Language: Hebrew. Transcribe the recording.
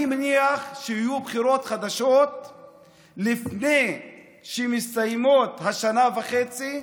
אני מניח שיהיו בחירות חדשות לפני שתסתיים שנה וחצי,